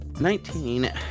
Nineteen